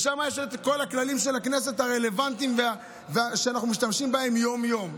שם יש את כל הכללים הרלוונטיים של הכנסת שאנחנו משתמשים בהם יום-יום.